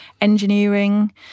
engineering